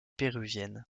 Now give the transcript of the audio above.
péruvienne